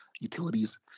utilities